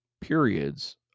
periods